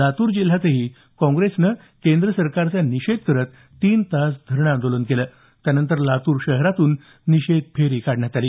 लातूर जिल्ह्यातही काँग्रेसनं केंद्र सरकारचा निषेध व्यक्त करत तीन तास धरणं आंदोलन केलं त्यानंतर लातूर शहरातून निषेध फेरी काढली